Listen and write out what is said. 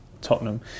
Tottenham